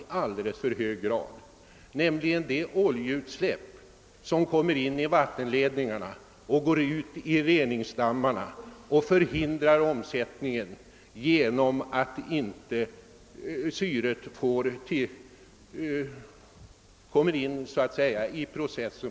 Jag syftar på de oljeutsläpp som kommer in i avloppsledningarna och som går ut i reningsdammarna och förhindrar omsättningen genom att syretillförseln förhindras.